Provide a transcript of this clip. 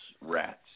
rats